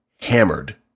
hammered